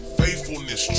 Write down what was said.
faithfulness